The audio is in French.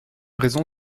raison